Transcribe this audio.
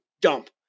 dump